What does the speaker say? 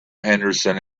henderson